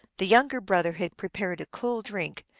the younger brother had prepared a cool drink,